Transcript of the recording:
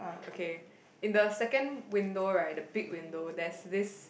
okay in the second window right the big window there's this